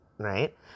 right